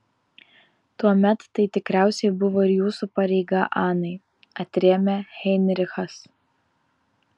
tuomet tai tikriausiai buvo ir jūsų pareiga anai atrėmė heinrichas